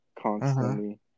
constantly